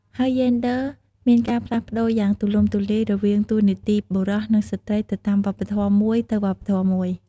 ហើយយេនឌ័រមានការផ្លាស់ប្តូរយ៉ាងទូលំទូលាយរវាងតួនាទីបុរស និងស្រ្តីទៅតាមវប្បធម៌មួយទៅវប្បធម៌មួយ ។